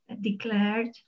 declared